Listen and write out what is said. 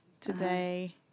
today